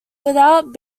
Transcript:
without